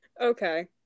Okay